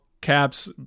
caps